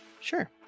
Sure